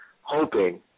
hoping